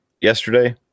yesterday